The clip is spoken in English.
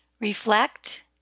Reflect